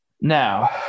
Now